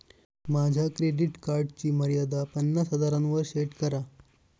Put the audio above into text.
माझ्या क्रेडिट कार्डची मर्यादा पन्नास हजारांवर सेट करा